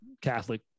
Catholic